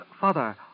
father